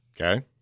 Okay